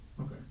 okay